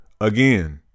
again